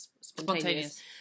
Spontaneous